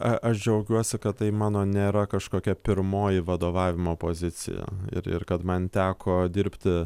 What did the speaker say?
a aš džiaugiuosi kad tai mano nėra kažkokia pirmoji vadovavimo pozicija ir ir kad man teko dirbti